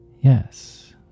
Yes